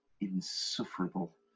insufferable